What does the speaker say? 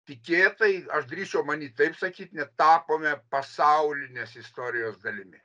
tikėtai aš drįsčiau manyt taip sakyt net tapome pasaulinės istorijos dalimi